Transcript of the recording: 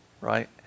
right